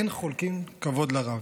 אין חולקין כבוד לרב",